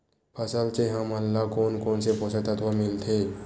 फसल से हमन ला कोन कोन से पोषक तत्व मिलथे?